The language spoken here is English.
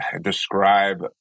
describe